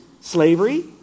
slavery